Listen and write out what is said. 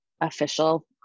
official